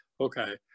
okay